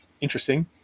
interesting